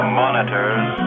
monitors